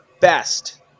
best